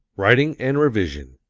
writing and revision